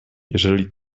jeżeli